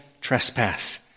trespass